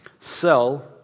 sell